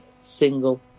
single